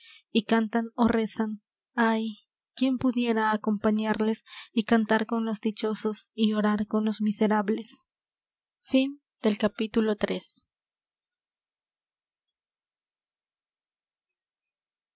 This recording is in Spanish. y cantan ó rezan ay quién pudiera acompañarles y cantar con los dichosos y orar con los miserables